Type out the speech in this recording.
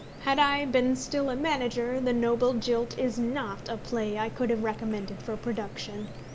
had i been still a manager, the noble jilt is not a play i could have recommended for production.